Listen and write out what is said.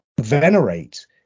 venerate